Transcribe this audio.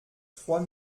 trois